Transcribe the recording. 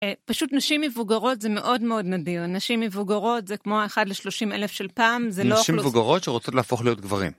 פשוט נשים מבוגרות זה מאוד מאוד נדיר, נשים מבוגרות זה כמו אחת לשלושים אלף של פעם, זה לא אוכלוסי... -נשים מבוגרות שרוצות להפוך להיות גברים.